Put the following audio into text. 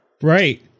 Right